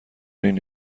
این